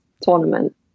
tournament